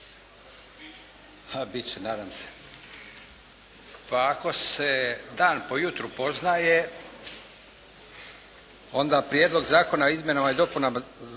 zastupnici. Pa ako se dan po jutru poznaje onda Prijedlog zakona o izmjenama i dopunama